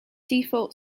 default